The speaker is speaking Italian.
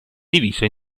diviso